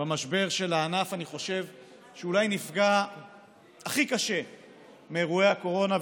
במשבר של הענף שאולי נפגע הכי קשה מאירועי הקורונה,